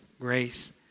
grace